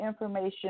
information